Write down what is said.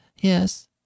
Yes